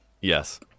Yes